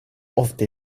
ofte